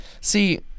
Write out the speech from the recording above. See